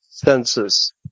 Census